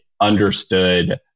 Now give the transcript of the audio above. understood